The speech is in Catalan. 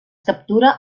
captura